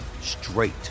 straight